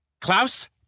Klaus